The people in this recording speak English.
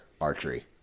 archery